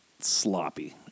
sloppy